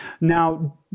Now